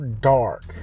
dark